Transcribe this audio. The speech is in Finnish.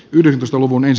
arvoisa puhemies